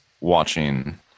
watching